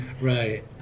right